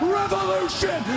revolution